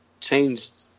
changed